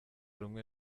rumwe